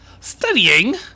studying